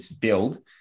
build